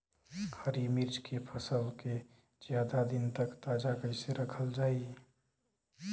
हरि मिर्च के फसल के ज्यादा दिन तक ताजा कइसे रखल जाई?